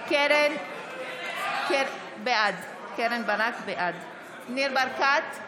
בעד ניר ברקת,